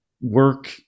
work